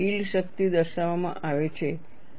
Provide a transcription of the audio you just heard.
yield શક્તિ દર્શાવવામાં આવે છે